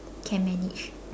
can manage